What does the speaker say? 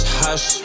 hush